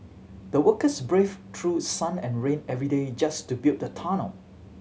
the workers braved through sun and rain every day just to build the tunnel